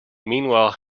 meanwhile